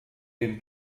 den